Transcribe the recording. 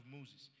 Moses